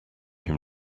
him